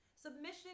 Submission